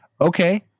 Okay